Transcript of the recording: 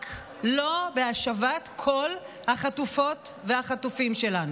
רק לא בהשבת כל החטופות והחטופים שלנו.